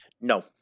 No